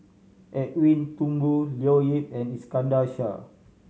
Edwin Thumboo Leo Yip and Iskandar Shah